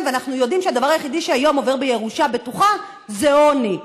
ואנחנו יודעים שהדבר היחידי שהיום עובר בירושה בטוחה זה עוני.